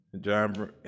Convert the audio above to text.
John